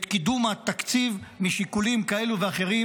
את קידום התקציב משיקולים כאלה ואחרים,